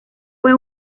fue